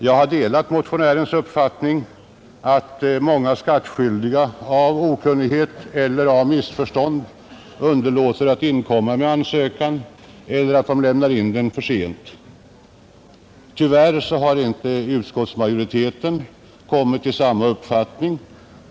Jag har delat motionärens uppfattning att många skattskyldiga av okunnighet eller av missförstånd underlåter att inkomma med ansökan eller lämnar in den för sent. Tyvärr har utskottsmajoriteten inte kommit till samma uppfattning.